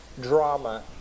Drama